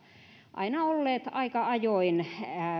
aina ollut aika ajoin